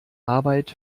arbeit